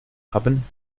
haben